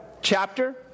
chapter